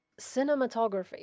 cinematography